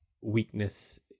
weakness